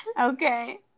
Okay